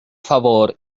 favor